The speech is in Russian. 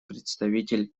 представитель